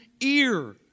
ear